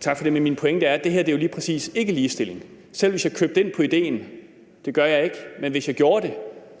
Tak for det. Men min pointe er, at det her jo lige præcis ikke er ligestilling. Selv hvis jeg købte ind på idéen – det gør jeg ikke –